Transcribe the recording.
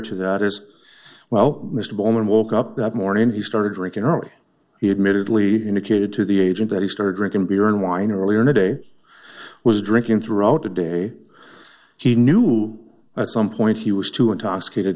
to that is well mr bowman woke up that morning he started drinking early he admittedly indicated to the agent that he started drinking beer and wine or earlier today was drinking throughout the day he knew at some point he was too intoxicated